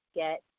get